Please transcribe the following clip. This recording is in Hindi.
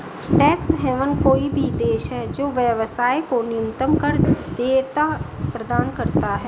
टैक्स हेवन कोई भी देश है जो व्यवसाय को न्यूनतम कर देयता प्रदान करता है